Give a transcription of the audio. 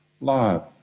love